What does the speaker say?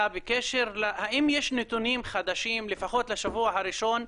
האם יש נתונים חדשים לפחות לשבוע הראשון.